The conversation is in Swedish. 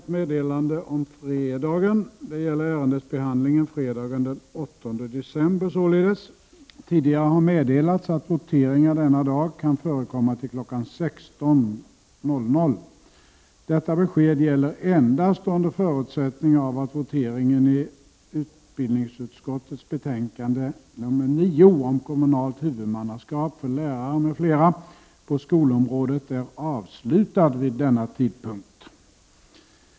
Tidigare har meddelats att voteringar denna dag kan förekomma till kl. 16. Detta besked gäller endast under förutsättning av att voteringen i UbU9 om kommunalt huvudmannaskap för lärare m.fl. på skolområdet är avslutad vid denna tidpunkt.